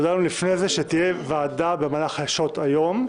הודענו לפני כן שתהיה ועדה במהלך שעות היום.